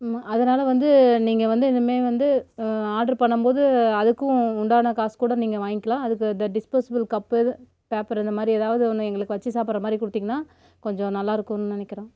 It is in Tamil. அதனால் வந்து நீங்கள் வந்து இனிமேல் வந்து ஆட்ரு பண்ணும்போது அதுக்கும் உண்டான காசு கூட நீங்கள் வாங்கிகலாம் அதுக்கு த டிஸ்போஸபிள் கப்பு பேப்பரு இந்தமாதிரி ஏதாவது ஒன்று எங்களுக்கு வச்சு சாப்பிட்றமாரி கொடுத்திங்கன்னா கொஞ்சம் நல்லாருக்குன்னு நினைக்கிறோம்